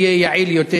שיהיה יעיל יותר.